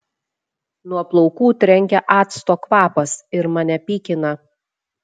nuo plaukų trenkia acto kvapas ir mane pykina